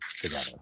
together